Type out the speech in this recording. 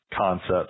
concepts